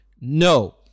no